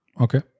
Okay